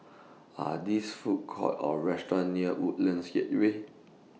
Are These Food Courts Or restaurants near Woodlands Causeway